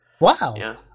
Wow